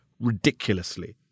Ridiculously